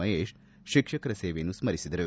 ಮಹೇಶ್ ಶಿಕ್ಷಕರ ಸೇವೆಯನ್ನು ಸ್ಪರಿಸಿದರು